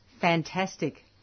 Fantastic